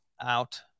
out